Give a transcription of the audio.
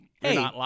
hey